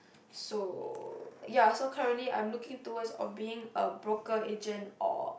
so ya so I'm currently looking towards on being a broker agent or